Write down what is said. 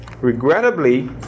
Regrettably